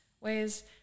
ways